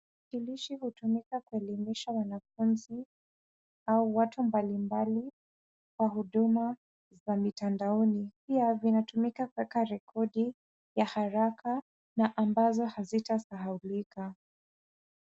Kilishi hutumika kuelimisha wanafunzi, au watu mbalimbali kwa huduma za mitandaoni. Pia vinatumika kuweka rekodi ya haraka na ambazo hazitasahaulika.